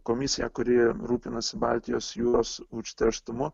komisija kuri rūpinasi baltijos jūros užterštumu